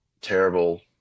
terrible